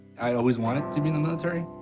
i always wanted to be in the military.